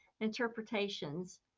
interpretations